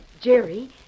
Jerry